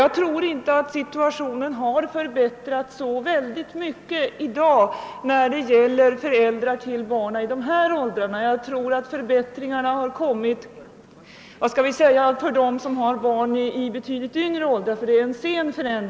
Jag tror inte att situationen är så värst mycket bättre för dessa i dag — förbättringarna har mest gynnat dem som har barn i betydligt lägre åldrar, ty de har kommit de senaste åren.